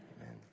Amen